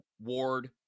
Ward